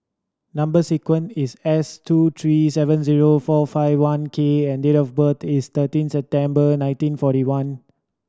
number sequence is S two three seven zero four five one K and date of birth is thirteen September nineteen forty one